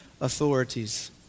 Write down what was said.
authorities